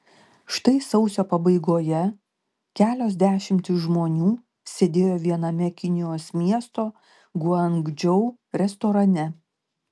štai sausio pabaigoje kelios dešimtys žmonių sėdėjo viename kinijos miesto guangdžou restorane